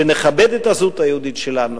שנכבד את הזהות היהודית שלנו,